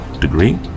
degree